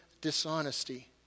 dishonesty